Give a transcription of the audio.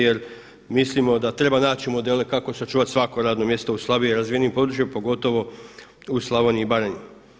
Jer mislimo da treba naći modele kako sačuvati svako radno mjesto u slabije razvijenim područjima pogotovo u Slavoniji i Baranji.